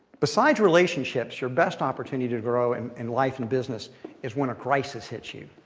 besides relationships, your best opportunity to grow and in life and business is when a crisis hits you.